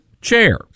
chair